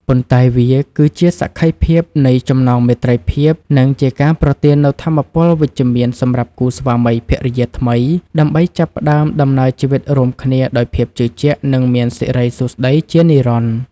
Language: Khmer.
ប៉ុន្តែវាគឺជាសក្ខីភាពនៃចំណងមេត្រីភាព និងជាការប្រទាននូវថាមពលវិជ្ជមានសម្រាប់គូស្វាមីភរិយាថ្មី ដើម្បីចាប់ផ្តើមដំណើរជីវិតរួមគ្នាដោយភាពជឿជាក់ និងមានសិរីសួស្តីជានិរន្តរ៍។